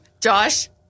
Josh